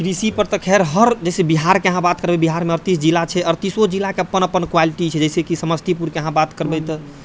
कृषिपर तऽ खैर हर जैसे बिहारके अहाँ बात करबै तऽ बिहारमे अड़तीस जिला छै अड़तीसो जिलाके अपन अपन क्वालिटी छै जैसे कि समस्तीपुरके अहाँ बात करबै तऽ